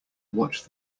watch